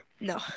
no